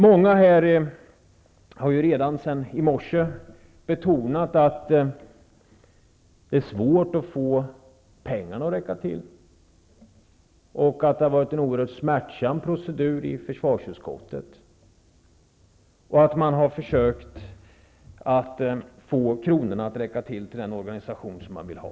Många här har redan sedan i morse betonat att det är svårt att få pengarna att räcka till, och att proceduren i försvarsutskottet har varit en oerhört smärtsam. Man har försökt att få kronorna att räcka till till den organisation som man vill ha.